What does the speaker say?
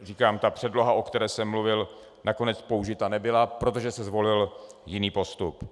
Říkám, ta předloha, o které jsem mluvil, nakonec použita nebyla, protože se zvolil jiný postup.